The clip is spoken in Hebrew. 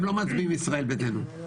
הם לא מצביעים ישראל ביתנו,